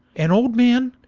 an old man,